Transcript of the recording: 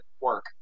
work